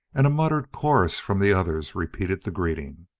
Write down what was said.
and a muttered chorus from the others repeated the greeting.